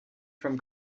from